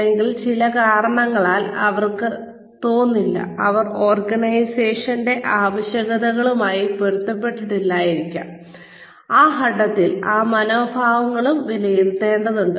അല്ലെങ്കിൽ ചില കാരണങ്ങളാൽ അവർക്ക് തോന്നില്ല അവർ ഓർഗനൈസേഷന്റെ ആവശ്യകതകളുമായി പൊരുത്തപ്പെടുന്നില്ലായിരിക്കാം ആ ഘട്ടത്തിൽ ആ മനോഭാവങ്ങളും വിലയിരുത്തേണ്ടതുണ്ട്